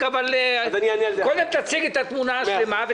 אבל קודם תציג את התמונה השלמה,